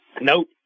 Nope